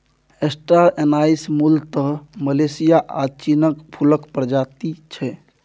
star anise मुलतः Malaysia आ चीनक फुलक प्रजाति छै